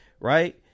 right